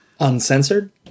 Uncensored